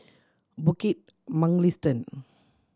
Bukit Mugliston